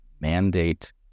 mandate